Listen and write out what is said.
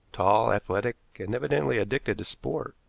tall, athletic, and evidently addicted to sport.